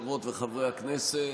חברות וחברי הכנסת,